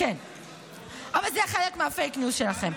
אבל זה חלק מהפייק ניוז שלכם.